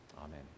Amen